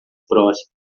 próxima